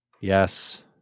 Yes